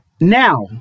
Now